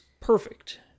perfect